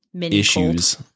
Issues